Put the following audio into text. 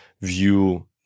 view